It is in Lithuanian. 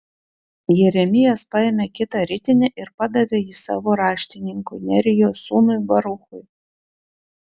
jeremijas paėmė kitą ritinį ir padavė jį savo raštininkui nerijos sūnui baruchui